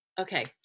Okay